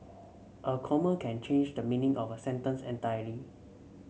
a comma can change the meaning of a sentence entirely